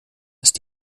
ist